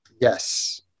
Yes